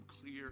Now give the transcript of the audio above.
clear